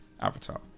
Avatar